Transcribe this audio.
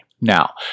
Now